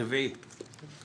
נדמיין מה קורה בשטח